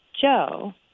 Joe